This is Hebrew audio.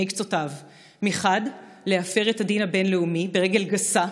קצותיו מחד להפר את הדין הבין-לאומי ברגל גסה,